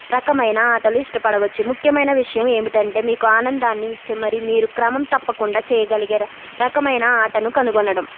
రకమైన ఆటలు ఇష్టపడవచ్చు ముఖ్యమైన విషయం ఏమిటంటే మీకు ఆనందాన్ని ఇచ్చే మరియు మీరు క్రమం తప్పకుండా చేయగలిగారు రకమైన ఆటను కనుగొనడం